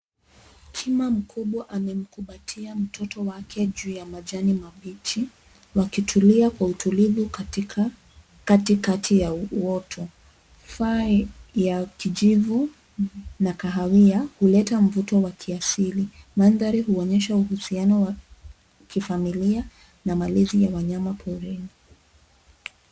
Tima mkubwa amemkumbatia mtoto wake juu ya majani mabichi wakitulia kwa utulivu katikati ya uoto. Fur ya kijivu na kahawia huleta mvuto wa kiasili. Mandhari huonyesha uhusiano wa kifamilia na malezi ya wanyama porini.